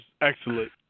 excellent